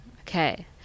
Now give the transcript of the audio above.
Okay